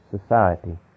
society